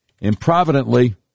Improvidently